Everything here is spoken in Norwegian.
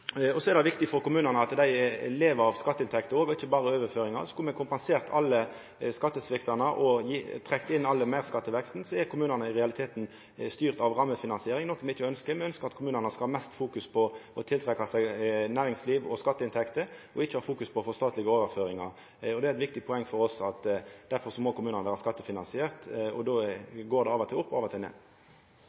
ned. Så er det viktig for kommunane at dei lever av skatteinntektene òg og ikkje berre av overføringar. Skulle me kompensert all skattesvikt og trekt inn all meirskatteveksten, er kommunane i realiteten styrte av rammefinansieringa, noko me ikkje ønskjer. Me ønskjer at kommunane skal fokusera mest på å tiltrekkje seg næringsliv og skatteinntekter, ikkje fokusera på å få statlege overføringar. Dette er eit viktig poeng for oss, og derfor må kommunane vera skattefinansierte. Då går det av og til opp og av og til ned.